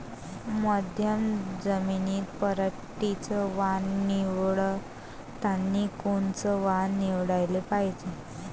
मध्यम जमीनीत पराटीचं वान निवडतानी कोनचं वान निवडाले पायजे?